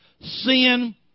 Sin